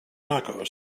tacos